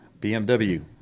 bmw